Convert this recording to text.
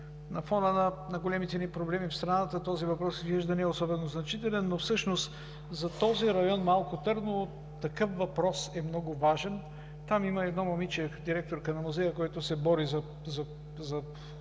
На фона на големите ни проблеми в страната този въпрос изглежда не особено значителен, но всъщност за този район – Малко Търново, такъв въпрос е много важен. Там има едно момиче директорка на Музея, което се бори за